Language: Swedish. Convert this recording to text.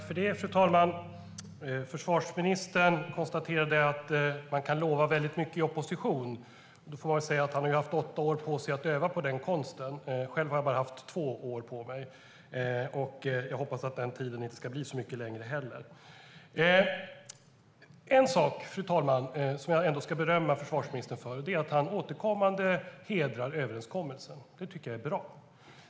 Fru talman! Försvarsministern konstaterade att man kan lova mycket i opposition. Han hade åtta år på sig att öva på den konsten. Själv har jag bara haft två år på mig, men jag hoppas att det inte ska bli så mycket längre tid. En sak ska jag ändå berömma försvarsministern för, fru talman, och det är att han återkommande hedrar överenskommelsen. Det tycker jag är bra.